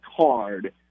card